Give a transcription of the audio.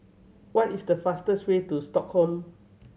what is the fastest way to Stockholm